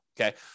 okay